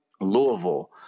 Louisville